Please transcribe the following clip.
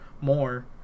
more